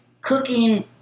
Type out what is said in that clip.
cooking